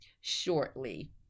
shortly